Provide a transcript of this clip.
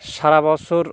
সারা বছর